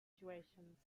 situations